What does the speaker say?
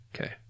Okay